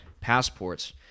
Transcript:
Passports